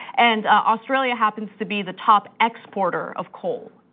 and australia happens to be the top exporter of coal.